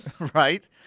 Right